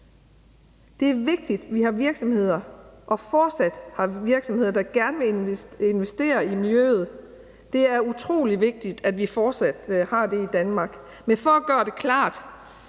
Det er vigtigt, at vi har virksomheder og fortsat har virksomheder, der gerne vil investere i miljøet; det er utrolig vigtigt, at vi fortsat har det i Danmark. Men for at gøre det klart: